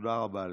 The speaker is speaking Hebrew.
תודה רבה לך.